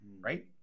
right